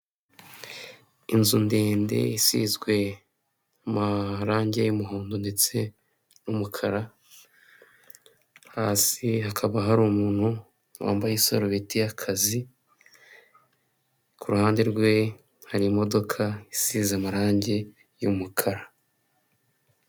Inzu ndende isizwe amarange y'umuhondo ndetse n'umukara hasi hakaba hari umuntu wambaye isarubeti y'akazi ku ruhande rwe hari imodoka isize amarangi y'umukara.